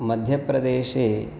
मध्यप्रदेशे